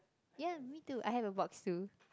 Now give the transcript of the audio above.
yeah we do I have a box too